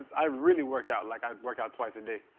i really work out. like i work out twice a day.